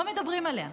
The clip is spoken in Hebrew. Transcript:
לא מדברים עליה.